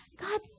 God